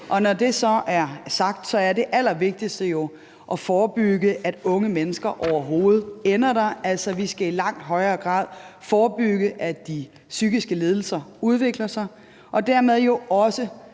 Når det så er sagt, er det allervigtigste jo at forebygge, at unge mennesker overhovedet ender der. Altså, vi skal i langt højere grad forebygge, at de psykiske lidelser udvikler sig, og jo dermed også